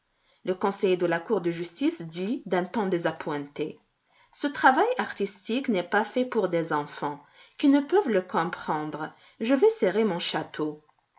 le conseiller de la cour de justice dit d'un ton désappointé ce travail artistique n'est pas fait pour des enfants qui ne peuvent le comprendre je vais serrer mon château